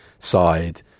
side